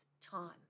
time